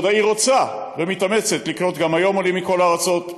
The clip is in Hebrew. ועוד העיר רוצה ומתאמצת לקלוט גם היום עולים מכל הארצות,